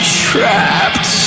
trapped